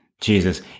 Jesus